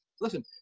Listen